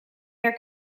your